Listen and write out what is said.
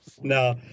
No